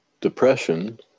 depression